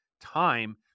time